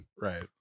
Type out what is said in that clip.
right